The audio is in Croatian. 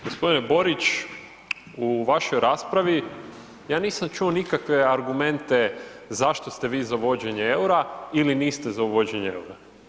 Gospodine Borić u vašoj raspravi ja nisam čuo nikakve argumente zašto ste vi za uvođenje eura ili niste za uvođenje eura.